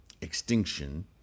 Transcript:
extinction